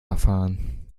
erfahren